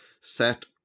set